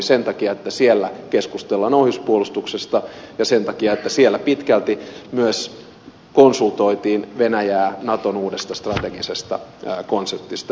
sen takia että siellä keskustellaan ohjuspuolustuksesta ja sen takia että siellä pitkälti myös konsultoitiin venäjää naton uudesta strategisesta konseptista